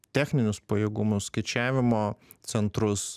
techninius pajėgumus skaičiavimo centrus